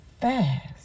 fast